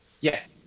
Yes